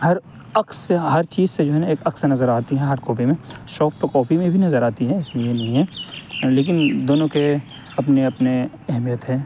ہر عکس سے ہر چیز سے جو ہے نا ایک عکس نظر آتی ہے ہارڈ کاپی میں شوفٹ کوپی میں بھی نظر آتی ہیں اس میں نہیں ہے لیکن دونوں کے اپنے اپنے اہمیت ہے